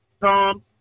Tom